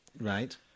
Right